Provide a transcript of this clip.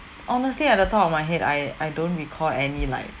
honestly at the top of my head I I don't recall any like